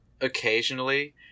occasionally